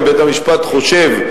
אם בית-המשפט חושב,